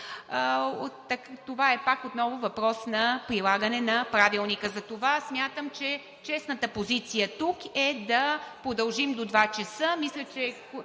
това е отново въпрос на прилагане на Правилника. Затова смятам, че честната позиция тук е да продължим до 14,00